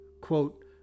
quote